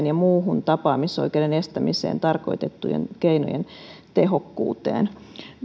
ja muuhun tapaamisoikeuden estämiseen tarkoitettujen keinojen tehokkuuteen